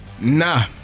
Nah